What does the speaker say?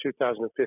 2015